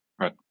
right